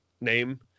name